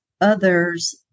others